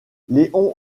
léon